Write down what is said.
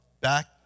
back